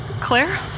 Claire